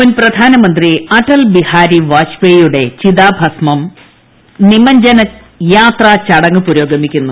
മുൻ പ്രധാനമന്ത്രി അടൽ ബിഹാരി വാജ്പേയിയുടെ ചിതാഭസ്മ നിമജ്ജന യാത്രാചടങ്ങ് പുരോഗമിക്കുന്നു